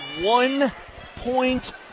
one-point